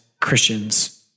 Christians